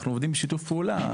אנחנו עובדים בשיתוף פעולה.